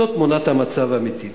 זאת תמונת המצב האמיתית.